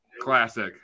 classic